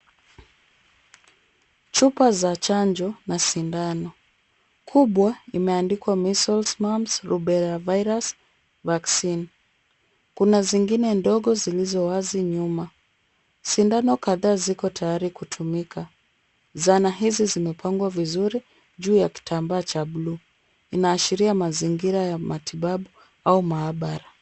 Chupa za chanjo na sindano, kubwa imeandikwa measles mumps lubella virus vaccine (cs). Kuna zingine ndogo zilizo wazi nyuma , sindano kadhaa ziko tayari kutumika ,zana hizi zimepangwa vizuri juu ya kitambaa Cha bluu ,inaashiria mazingira ya matibabu au maabara .